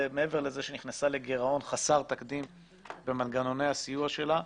מעבר לזה שנכנסה לגירעון חסר תקדים במנגנוני הסיוע שלה,